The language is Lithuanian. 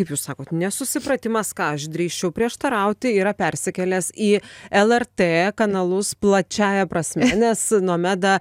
kaip jūs sakot nesusipratimas ką aš drįsčiau prieštarauti yra persikėlęs į lrt kanalus plačiąja prasme nes nomedą